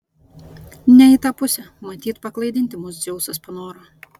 ne į tą pusę matyt paklaidinti mus dzeusas panoro